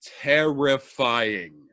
terrifying